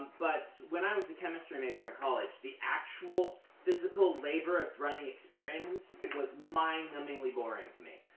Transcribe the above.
but when i was a chemistry major in college, the actual physical labor of running experiments was mind-numbingly boring to me.